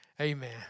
amen